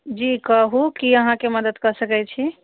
जी कहू की अहाँकेँ मदद कऽ सकैत छी